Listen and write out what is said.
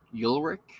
Ulrich